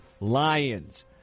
Lions